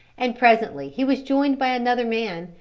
and presently he was joined by another man,